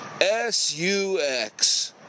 S-U-X